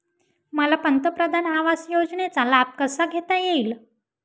मला पंतप्रधान आवास योजनेचा लाभ कसा घेता येईल?